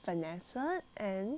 vanessa and